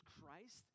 Christ